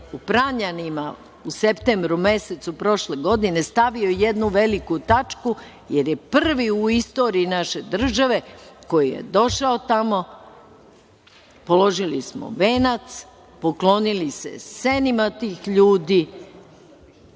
u Pranjanima u septembru mesecu prošle godine stavio jednu veliku tačku, jer je prvi u istoriji naše države, koji je došao tamo, položili smo venac, poklonili se senima tih ljudi